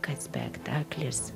kad spektaklis